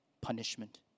punishment